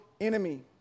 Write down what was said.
enemy